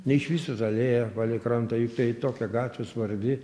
neišvystyta alėja palei krantą juk tai tokia gatvė svarbi